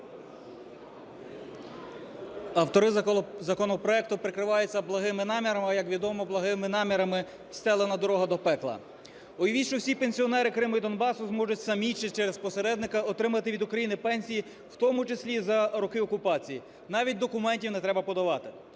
Автори законопроекту прикриваються благими намірами. Як відомо, благими намірами встелена дорога до пекла. Уявіть, що всі пенсіонери Криму і Донбасу зможуть самі чи через посередника отримати від України пенсії, в тому числі і за роки окупації, навіть документів не треба подавати.